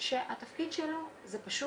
שיש לו תפקיד.